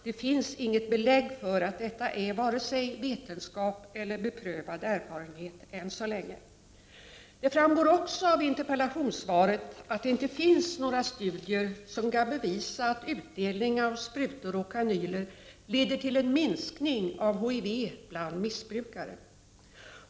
Det finns inget belägg för att detta är vare sig vetenskap eller beprövad erfarenhet än så länge. Det framgår också av interpellationssvaret att det inte finns några studier som kan bevisa att utdelning av sprutor och kanyler leder till en minskning av HIV bland missbrukare.